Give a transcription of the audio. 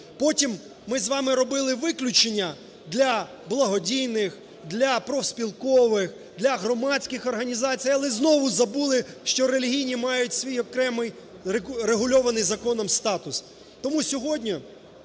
потім ми з вами робили виключення для благодійних, для профспілкових, для громадських організацій, але знову забули, що релігійні мають свій окремий регульований законом статус. Тому сьогодні